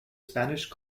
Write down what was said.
spanish